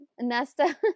nesta